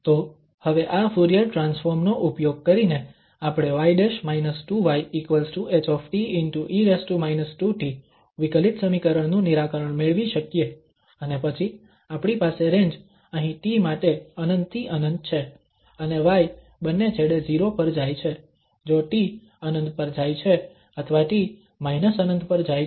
તો હવે આ ફુરીયર ટ્રાન્સફોર્મ નો ઉપયોગ કરીને આપણે y' 2yHe 2t વિકલિત સમીકરણ નું નિરાકરણ મેળવી શકીએ અને પછી આપણી પાસે રેન્જ અહીં t માટે ∞ થી ∞ છે અને y બંને છેડે 0 પર જાય છે જો t ∞ પર જાય છે અથવા t −∞ પર જાય છે